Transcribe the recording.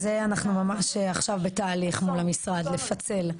זה אנחנו ממש עכשיו בתהליך מול המשרד, לפצל.